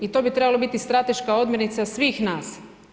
I to bi trebala biti strateška odmjernica svih nas.